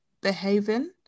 behaving